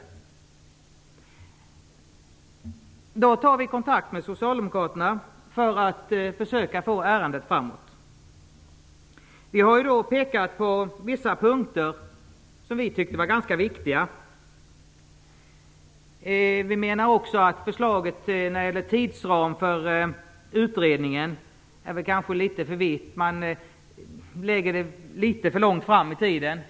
Vänsterpartiet tar då kontakt med Socialdemokraterna för att försöka att driva ärendet framåt. Vi har pekat på vissa punkter som vi tyckte var ganska viktiga. Vi menar också att förslaget till tidsram för utredningen kanske är litet för vitt. Man lägger det litet för långt fram i tiden.